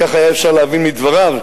כך היה אפשר להבין מדבריו,